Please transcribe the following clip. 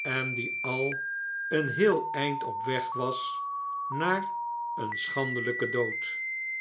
en die al een heel eind op weg was naar een